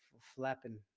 flapping